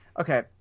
okay